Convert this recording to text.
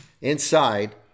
inside